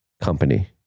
company